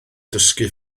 dysgu